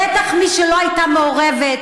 בטח מי שלא הייתה מעורבת.